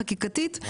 חקיקתית,